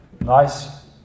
nice